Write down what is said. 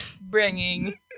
bringing